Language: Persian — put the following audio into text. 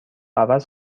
عوض